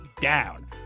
down